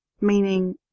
meaning